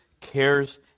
cares